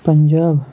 Punjab